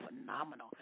phenomenal